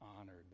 honored